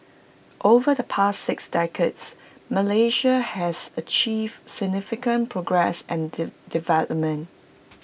over the past six decades Malaysia has achieved significant progress and development